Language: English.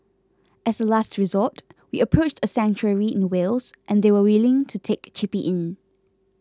as a last resort we approached a sanctuary in Wales and they were willing to take Chippy in